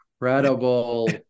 incredible